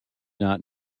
not